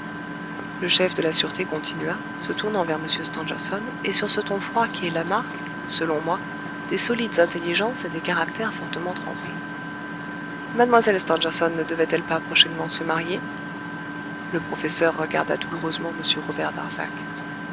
le chef de la sûreté continua se tournant vers m stangerson et sur ce ton froid qui est la marque selon moi des solides intelligences et des caractères fortement trempés mlle stangerson ne devait-elle pas prochainement se marier le professeur regarda douloureusement m robert darzac